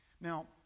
Now